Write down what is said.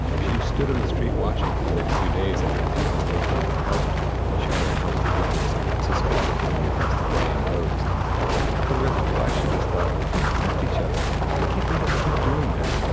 she stood on the street watching for the next few days as the people of oakland helped each other and helped the people of san francisco who were coming across the bay in boats. and for the rest of her life she just thought, people helped each other. why can't we just keep doing that?